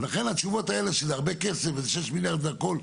לכן התשובות האלה שזה הרבה כסף וזה 6 מיליארד והכול,